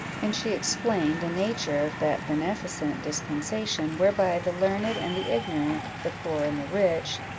and she explained the nature of that beneficent dispensation whereby the learned and the ignorant, the poor and the rich,